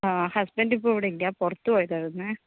ആ ഹസ്ബന്റ് ഇപ്പോൾ ഇവടെയില്ല പുറത്ത് പോയതായിരുന്നേ